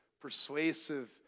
persuasive